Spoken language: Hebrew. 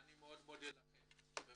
אני מאוד מודה לכם על